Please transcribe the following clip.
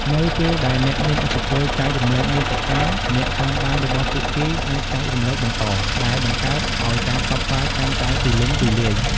នៅពេលដែលអ្នកមានឥទ្ធិពលចែករំលែកមាតិកា អ្នកតាមដានរបស់ពួកគេអាចចែករំលែកបន្ត ដែលបង្កើតឲ្យការផ្សព្វផ្សាយកាន់តែទូលំទូលាយ។